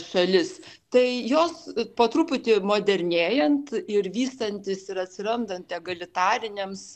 šalis tai jos po truputį modernėjant ir vystantis ir atsirandant egalitariniams